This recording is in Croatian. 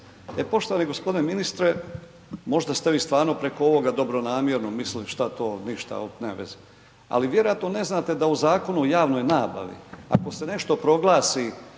e poštovani g. ministre možda ste vi stvarno preko ovoga dobronamjerno mislili šta to, ništa, nema veze, ali vjerojatno ne znate da u Zakonu o javnoj nabavi ako se nešto proglasi